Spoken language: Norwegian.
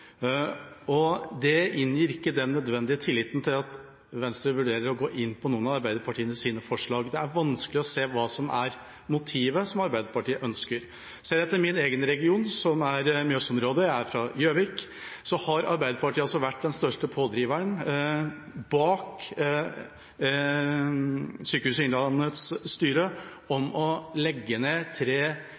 og det inngir ikke den nødvendige tilliten til at Venstre vurderer å gå inn på noen av Arbeiderpartiets forslag. Det er vanskelig å se hva som er motivet – hva Arbeiderpartiet ønsker. Ser jeg til min egen region som er Mjøsområdet – jeg er fra Gjøvik – har Arbeiderpartiet vært den største pådriveren overfor Sykehuset Innlandets styre om å legge ned tre